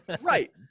Right